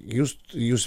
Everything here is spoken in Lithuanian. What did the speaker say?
jūs jūs